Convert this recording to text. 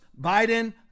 Biden